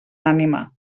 ànima